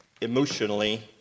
emotionally